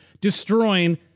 destroying